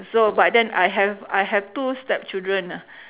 so but then I have I have two step children ah